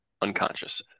unconscious